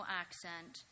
accent